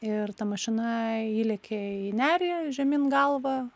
ir ta mašina įlėkė į nerį žemyn galva